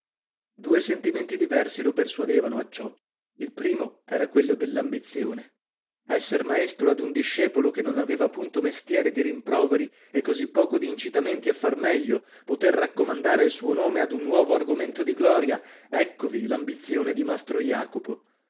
due sentimenti diversi lo persuadevano a ciò il primo era quello dell'ambizione esser maestro ad un discepolo che non aveva punto mestieri di rimproveri e così poco di incitamenti a far meglio poter raccomandare il suo nome ad un nuovo argomento di gloria eccovi l'ambizione di mastro jacopo